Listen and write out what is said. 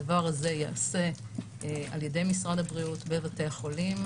הדבר הזה ייעשה על ידי משרד הבריאות בבתי החולים,